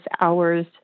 hours